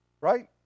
right